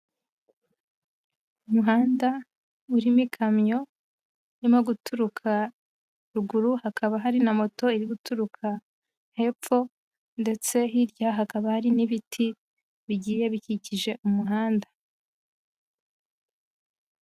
Umuhanda urimo ikamyo irimo guturuka ruguru, hakaba hari na moto iri guturuka hepfo ndetse hirya hakaba hari n'ibiti bigiye bikikije umuhanda.